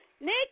Nick